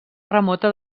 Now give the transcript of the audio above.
remota